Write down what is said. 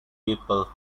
people